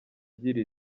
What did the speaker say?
igira